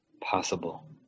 Possible